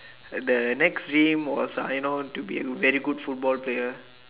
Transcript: the next dream was I know to be a very good football player